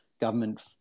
government